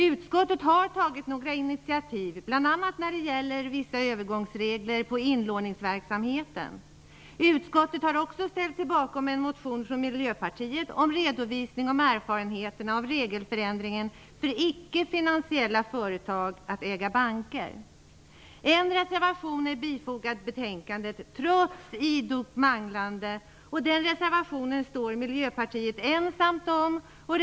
Utskottet har tagit några initiativ, bl.a. när det gäller vissa övergångsregler för inlåningsverksamheten. Utskottet har också ställt sig bakom en motion från Miljöpartiet om redovisning av erfarenheterna av regeländringen för icke-finansiella företag att äga banker. En reservation är bifogad betänkandet, trots ett idogt manglande. Den reservationen står Miljöpartiet ensamt bakom.